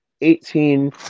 eighteen